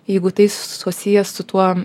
jeigu tai susiję su tuo